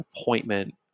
appointment